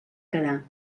quedar